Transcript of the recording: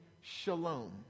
shalom